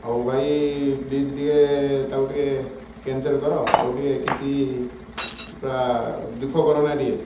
ଆଉ ଭାଇ ପ୍ଲିଜ୍ ଟିକିଏ ତାକୁ ଟିକେ କ୍ୟାନସେଲ୍ କର ଆଉ ଟିକିଏ କିଛି ଦୁଃଖ କରନା ଟିକିଏ